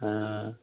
ಹಾಂ